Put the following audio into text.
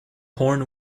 horn